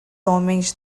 homens